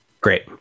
Great